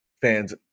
fans